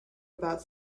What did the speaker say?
about